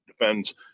defends